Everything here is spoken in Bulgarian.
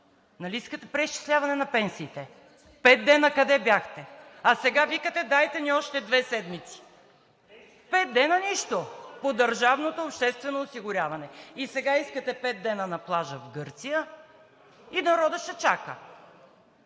Нали искате преизчисляване на пенсиите? Пет дни къде бяхте? А сега викате: дайте ни още две седмици! Пет дни нищо по държавното обществено осигуряване. И сега искате пет дни на плажа в Гърция и народът ще чака.